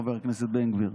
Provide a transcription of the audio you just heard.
חבר הכנסת בן גביר: